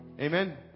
Amen